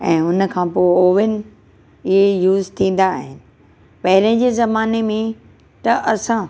ऐं उनखां पोइ ओवन इहे यूज़ थींदा आहिनि पहिरें जे ज़माने में त असां